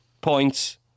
points